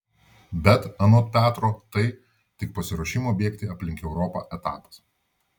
bet anot petro tai tik pasiruošimo bėgti aplink europą etapas